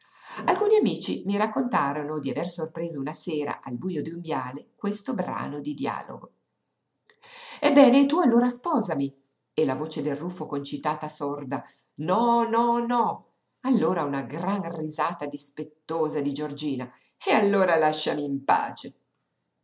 gelosia alcuni amici mi raccontarono di aver sorpreso una sera nel bujo d'un viale questo brano di dialogo ebbene e tu allora sposami e la voce del ruffo concitata sorda no no no allora una gran risata dispettosa di giorgina e allora lasciami in pace